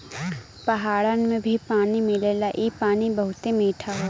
पहाड़न में भी पानी मिलेला इ पानी बहुते मीठा होला